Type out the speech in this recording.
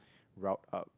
round up